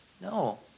No